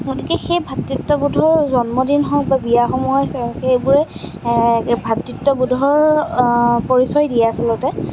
গতিকে সেই ভাতৃত্ববোধৰ জন্মদিন হওক বা বিয়াসমূহত সেইবোৰে ভাতৃত্ববোধৰ পৰিচয় দিয়ে আচলতে